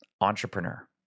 entrepreneur